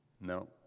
No